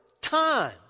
time